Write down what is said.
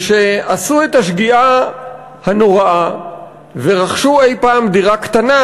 ועשו את השגיאה הנוראה ורכשו אי-פעם דירה קטנה,